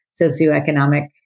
socioeconomic